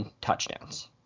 touchdowns